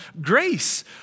grace